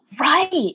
Right